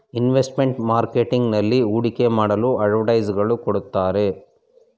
investment marketing ನಲ್ಲಿ ಹೂಡಿಕೆ ಮಾಡಲು ಅಡ್ವೈಸರ್ಸ್ ಗಳು ಕೊಡುತ್ತಾರೆ